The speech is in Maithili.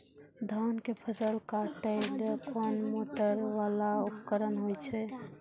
धान के फसल काटैले कोन मोटरवाला उपकरण होय छै?